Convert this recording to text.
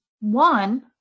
One